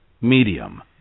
medium